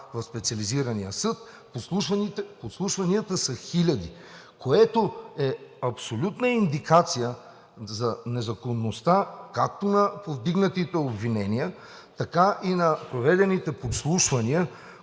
в Специализирания съд, подслушванията са хиляди, което е абсолютна индикация за незаконността както на повдигнатите обвинения, така и на проведените подслушвания,